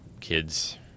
Kids